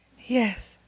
Yes